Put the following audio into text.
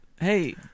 Hey